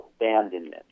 abandonment